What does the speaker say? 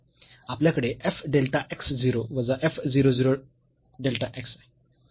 आपल्याकडे f delta x 0 वजा f 0 0 delta x आहे